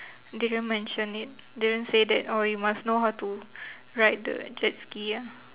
didn't mention it didn't say that oh you must know how to ride the jet ski ah